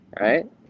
right